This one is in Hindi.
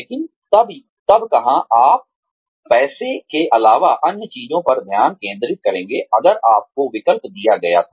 लेकिन तब कहां आप पैसे के अलावा अन्य चीजों पर ध्यान केंद्रित करेंगे अगर आपको विकल्प दिया गया था